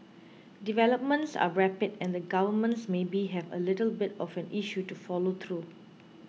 developments are rapid and the governments maybe have a little bit of an issue to follow through